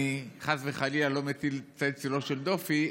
אני חס וחלילה לא מטיל צל-צילו של דופי,